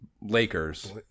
Lakers